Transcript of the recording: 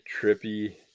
trippy